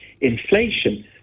inflation